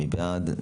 מי בעד?